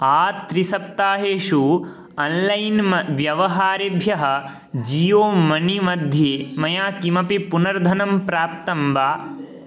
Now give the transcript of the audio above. आत्रिसप्ताहेषु online म व्यवहारेभ्यः Jio मनीमध्ये मया किमपि पुनर्धनं प्राप्तं वा